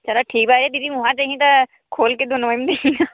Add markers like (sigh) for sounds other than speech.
चलो ठीक है बा लेकिन वहाँ देनी बा (unintelligible) खोलकर